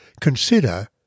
consider